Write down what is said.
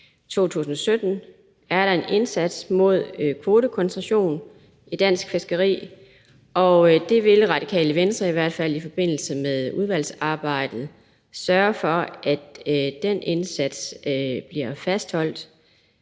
2017, er der en indsats mod kvotekoncentration i dansk fiskeri, og den indsats vil Radikale Venstre i hvert fald i forbindelse med udvalgsarbejdet sørge for bliver fastholdt,